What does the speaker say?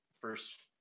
first